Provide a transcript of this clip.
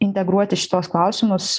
integruoti šituos klausimus